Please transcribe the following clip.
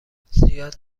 زیاد